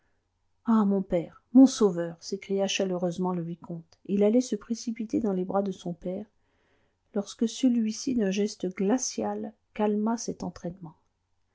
ah mon père mon sauveur s'écria chaleureusement le vicomte et il allait se précipiter dans les bras de son père lorsque celui-ci d'un geste glacial calma cet entraînement